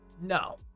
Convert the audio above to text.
no